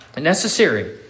necessary